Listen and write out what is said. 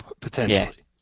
potentially